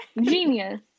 Genius